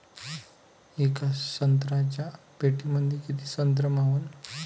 येका संत्र्याच्या पेटीमंदी किती संत्र मावन?